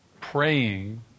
praying